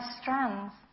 strands